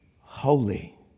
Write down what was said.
Holy